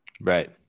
Right